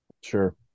Sure